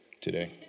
today